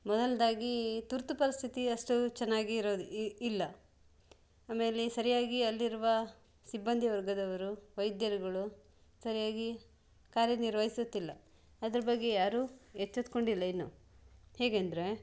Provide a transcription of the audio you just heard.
ಮೊದಲ್ನೇದಾಗೀ ತುರ್ತು ಪರಿಸ್ಥಿತಿ ಅಷ್ಟು ಚೆನ್ನಾಗಿ ಇರೋದು ಇಲ್ಲ ಆಮೇಲೆ ಸರಿಯಾಗಿ ಅಲ್ಲಿರುವ ಸಿಬ್ಬಂದಿ ವರ್ಗದವರು ವೈದ್ಯರುಗಳು ಸರಿಯಾಗಿ ಕಾರ್ಯ ನಿರ್ವಹಿಸುತ್ತಿಲ್ಲ ಅದ್ರ ಬಗ್ಗೆ ಯಾರೂ ಎಚ್ಚೆತ್ಕೊಂಡಿಲ್ಲ ಇನ್ನೂ ಹೇಗೆಂದರೆ